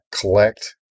collect